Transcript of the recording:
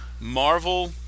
Marvel